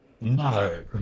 No